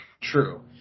True